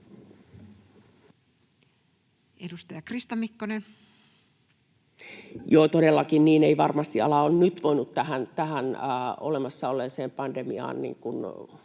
Edustaja Krista Mikkonen. Joo, todellakin niin. Ei varmasti ala ole nyt voinut tähän olemassa olleeseen pandemiaan